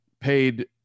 paid